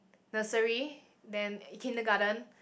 nursery then kindergarten